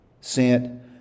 sent